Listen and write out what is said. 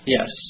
Yes